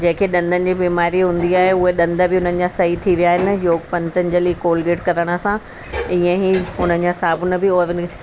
जंहिं खे ॾंदनि जी बीमारी हूंदी आहे उहे ॾंद बि उन्हनि जा सही थी विया आहिनि योग पतंजलि कॉलगेट करण सां इयं ई उन्हनि जा साबुण बि ओवनिक